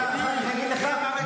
אני אחר כך אגיד לך.